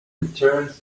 returns